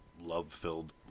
love-filled